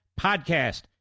Podcast